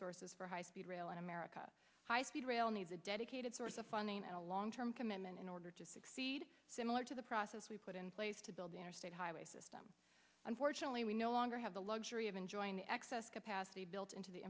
sources for high speed rail in america high speed rail needs a dedicated source of funding and a long term commitment in order to succeed similar to the process we put in place to build the interstate highway system unfortunately we no longer have the luxury of unjoin excess capacity built into the